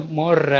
more